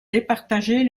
départager